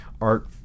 art